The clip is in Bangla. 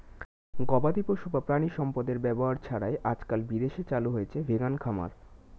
গবাদিপশু বা প্রাণিসম্পদের ব্যবহার ছাড়াই আজকাল বিদেশে চালু হয়েছে ভেগান খামার